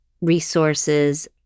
resources